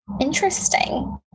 Interesting